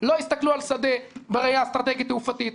לא הסתכלו על שדה בראיה אסטרטגית תעופתית,